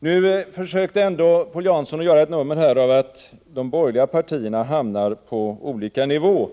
Paul Jansson försökte ändå göra ett nummer av att de borgerliga partierna ligger på olika nivåer.